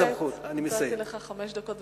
נתתי לך חמש דקות,